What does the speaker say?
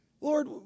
Lord